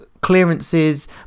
clearances